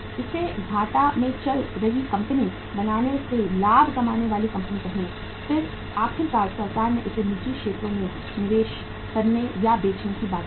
इसे घाटे में चल रही कंपनी बनाने से लाभ कमाने वाली कंपनी कहें फिर आखिरकार सरकार ने इसे निजी क्षेत्र में विनिवेश करने या बेचने की बात कही